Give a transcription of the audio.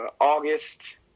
August